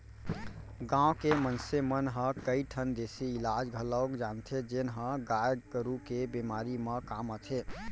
गांव के मनसे मन ह कई ठन देसी इलाज घलौक जानथें जेन ह गाय गरू के बेमारी म काम आथे